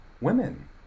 women